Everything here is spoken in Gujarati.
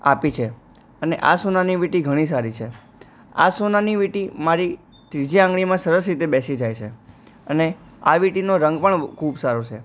આપી છે અને આ સોનાની વિંટી ઘણી સારી છે આ સોનાની વિંટી મારી ત્રીજી આંગળીમાં સરસ રીતે બેસી જાય છે અને આ વિંટીનો રંગ પણ ખૂબ સારો છે